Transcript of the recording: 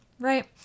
Right